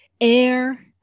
air